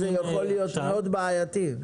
זה יכול להיות מאוד בעייתי.